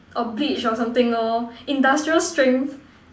or bleach or something lor industrial strength